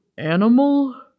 Animal